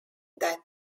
death